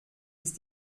ist